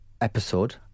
episode